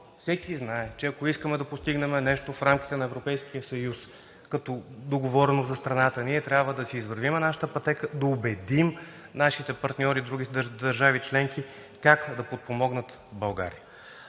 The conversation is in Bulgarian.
всеки знае, че ако искаме да постигнем нещо в рамките на Европейския съюз като договореност за страната, ние трябва да си извървим нашата пътека, да убедим нашите партньори от други държави членки как да подпомогнат България.